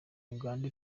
uganda